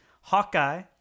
Hawkeye